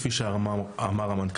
כפי שאמר המנכ"ל,